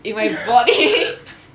if I bought it